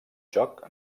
joc